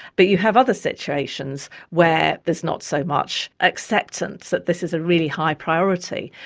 but you have other situations where there's not so much acceptance that this is a really high priority.